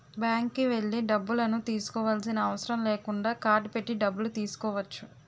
బ్యాంక్కి వెళ్లి డబ్బులను తీసుకోవాల్సిన అవసరం లేకుండా కార్డ్ పెట్టి డబ్బులు తీసుకోవచ్చు